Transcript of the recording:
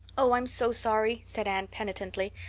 oh, i'm so sorry, said anne penitently.